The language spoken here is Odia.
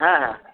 ହଁ ହଁ